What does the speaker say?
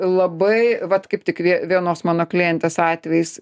labai vat kaip tik vie vienos mano klientės atvejis